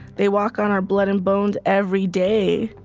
they walk on our blood and bones every day.